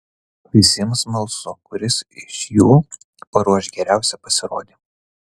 visiems smalsu kuris iš jų paruoš geriausią pasirodymą